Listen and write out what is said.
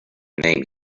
name